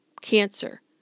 cancer